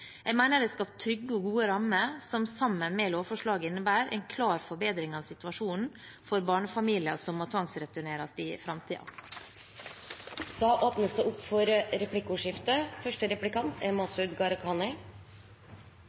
Jeg mener det er skapt trygge og gode rammer som sammen med lovforslaget innebærer en klar forbedring av situasjonen for barnefamilier som må tvangsreturneres i framtiden. Det blir replikkordskifte. Spillereglene i asylordningen er